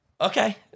Okay